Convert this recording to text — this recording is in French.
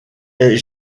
est